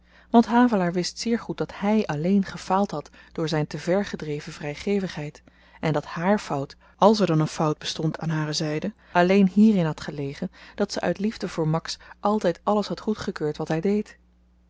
want havelaar wist zeer goed dat hy alleen gefaald had door zyn te ver gedreven vrygevigheid en dat haar fout àls er dan een fout bestond aan hare zyde alleen hierin had gelegen dat ze uit liefde voor max altyd alles had goedgekeurd wat hy deed